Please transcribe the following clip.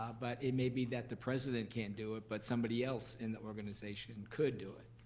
but it may be that the president can't do it, but somebody else in the organization could do it.